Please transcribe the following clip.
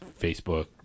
Facebook